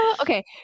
Okay